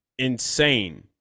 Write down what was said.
insane